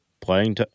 playing